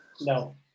No